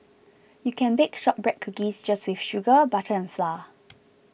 you can bake Shortbread Cookies just with sugar butter and flour